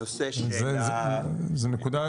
הנושא --- זה נקודה,